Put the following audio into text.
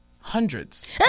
hundreds